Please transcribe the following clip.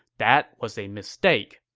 that was a mistake.